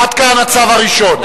עד כאן הצו הראשון.